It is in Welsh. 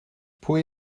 pwy